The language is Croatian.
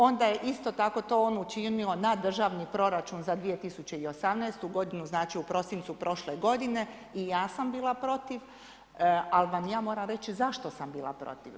Onda je isto tako to on učinio na državni proračun za 2018. godinu u prosincu prošle godine i ja sam bila protiv, ali ja vam moram reći zašto sam bila protiv.